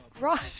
Right